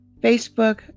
Facebook